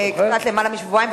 קצת למעלה משבועיים,